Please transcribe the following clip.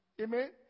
Amen